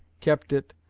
kept it,